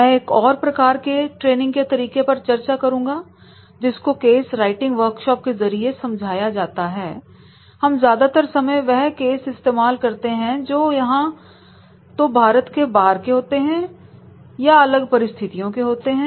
मैं एक और प्रकार के ट्रेनिंग के तरीके पर चर्चा करूंगा जिसको केस राइटिंग वर्कशॉप के जरिए समझाया जाता है हम ज्यादातर समय वह केस इस्तेमाल करते हैं जो या तो भारत के बाहर के होते हैं या अलग परिस्थितियों के होते हैं